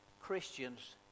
christians